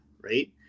right